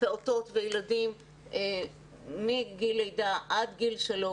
פעוטות וילדים מגיל לידה עד גיל שלוש.